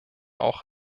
auch